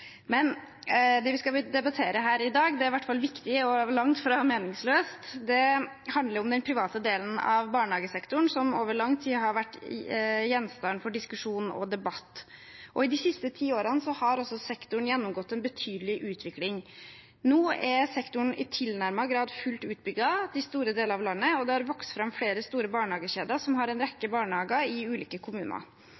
langt fra meningsløst. Det handler om den private delen av barnehagesektoren som over lang tid har vært gjenstand for diskusjon og debatt. I de siste årene har sektoren gjennomgått en betydelig utvikling. Nå er sektoren i tilnærmet grad fullt utbygd i store deler av landet, og det har vokst fram flere store barnehagekjeder som har en rekke